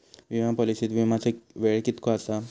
विमा पॉलिसीत विमाचो वेळ कीतको आसता?